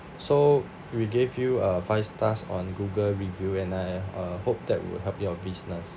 so we gave you a five stars on google review and I uh hope that will help you on business